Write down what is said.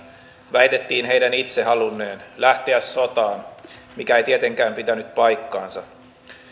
väitettiin heidän itse halunneen lähteä sotaan mikä ei tietenkään pitänyt paikkaansa